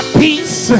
peace